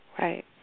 Right